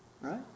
Right